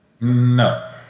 No